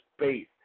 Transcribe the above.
space